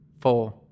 four